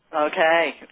Okay